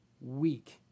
week